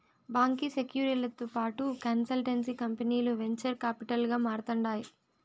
బాంకీ సెక్యూరీలతో పాటు కన్సల్టెన్సీ కంపనీలు వెంచర్ కాపిటల్ గా మారతాండాయి